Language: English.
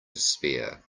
despair